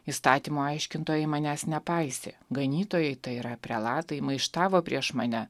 įstatymo aiškintojai manęs nepaisė ganytojai tai yra prelatai maištavo prieš mane